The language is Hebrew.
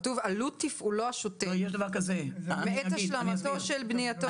כתוב עלות תפעולו השוטף בעת השלמתו של בנייתו